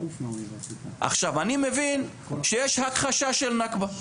עכשיו, אני מבין שיש הכחשה של נכבה.